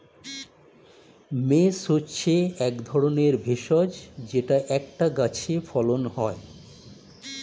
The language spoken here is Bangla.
মেস হচ্ছে এক ধরনের ভেষজ যেটা একটা গাছে ফলন হয়